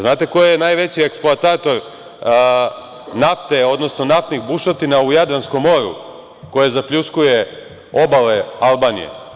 Znate ko je najveći eksploatator nafte, odnosno naftnih bušotina u Jadranskom moru koje zapljuskuje obale Albanije?